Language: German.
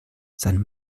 sein